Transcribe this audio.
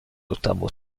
estamos